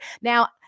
now